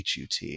HUT